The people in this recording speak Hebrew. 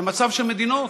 למצב של מדינות